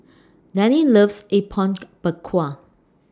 Dianne loves Apom Berkuah